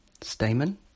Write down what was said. Stamen